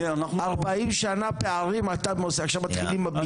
40 שנה פערים, עכשיו מתחילים מיפוי?